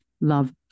love